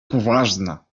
poważna